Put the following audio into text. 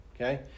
okay